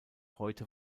heute